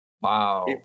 Wow